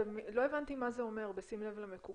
לא הבנתי מה זה אומר, 'בשים לב למקובל'.